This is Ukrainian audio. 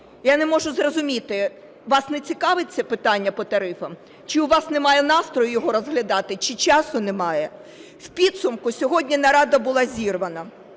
Я не можу зрозуміти, вас не цікавить це питання по тарифам? Чи у вас немає настрою його розглядати, чи часу немає? У підсумку сьогодні нарада була зірвана.